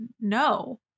no